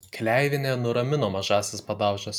kleivienė nuramino mažąsias padaužas